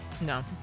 No